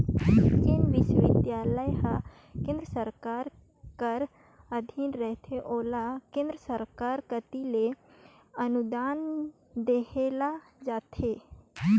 जेन बिस्वबिद्यालय हर केन्द्र सरकार कर अधीन रहथे ओला केन्द्र सरकार कती ले अनुदान देहल जाथे